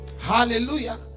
Hallelujah